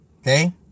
Okay